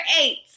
eight